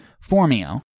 Formio